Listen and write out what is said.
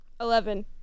Eleven